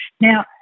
Now